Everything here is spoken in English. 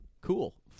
Cool